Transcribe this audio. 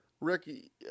ricky